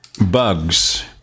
bugs